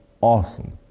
awesome